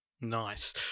Nice